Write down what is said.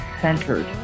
centered